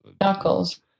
knuckles